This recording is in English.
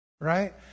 right